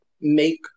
make